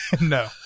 No